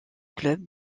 club